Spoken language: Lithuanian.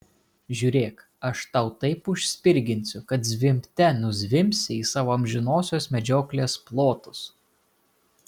žiūrėk aš tau taip užspirginsiu kad zvimbte nuzvimbsi į savo amžinosios medžioklės plotus